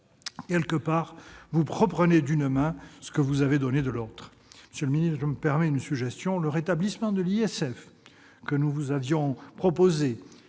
somme, vous reprenez d'une main ce que vous avez donné de l'autre. Monsieur le ministre, je me permets une suggestion : le rétablissement de l'ISF, que nous vous avions proposé